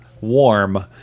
warm